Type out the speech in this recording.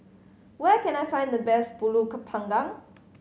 where can I find the best Pulut Panggang